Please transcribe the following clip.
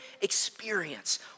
experience